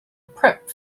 prep